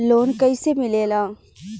Loan कईसे मिलेला?